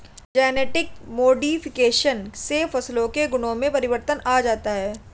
genetic modification से फसलों के गुणों में परिवर्तन आ जाता है